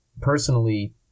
personally